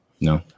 No